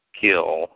kill